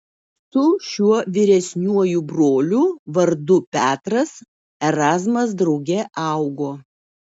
su šiuo vyresniuoju broliu vardu petras erazmas drauge augo